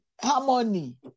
Harmony